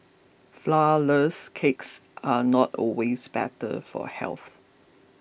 Flourless Cakes are not always better for health